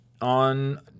on